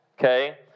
okay